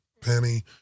penny